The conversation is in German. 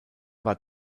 war